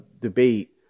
debate